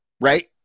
right